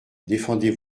défendez